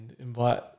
invite